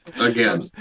again